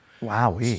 Wow